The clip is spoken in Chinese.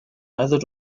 来自